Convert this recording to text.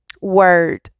word